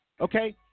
Okay